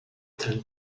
ten